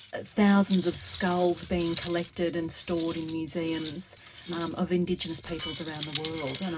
thousands of skulls being collected and stored in museums um of indigenous peoples around the world. and